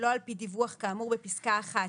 שלא על פי דיווח כאמור בפסקה (1),